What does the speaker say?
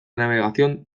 navegación